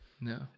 No